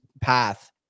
path